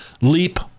leap